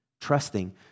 trusting